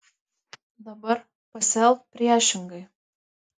dabar pasielk priešingai